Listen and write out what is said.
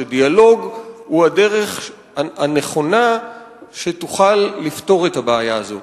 שדיאלוג הוא הדרך הנכונה שתוכל לפתור את הבעיה הזאת.